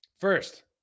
First